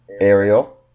Ariel